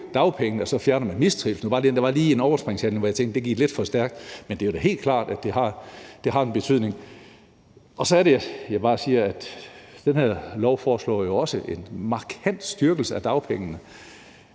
dagpengene så fjerner mistrivslen. Der var bare lige et overspring, hvor jeg tænkte, at det gik lidt for stærkt. Men det er da helt klart, at det har en betydning. Så er det bare, jeg siger, at der i det her lovforslag jo også er en markant styrkelse af dagpengene,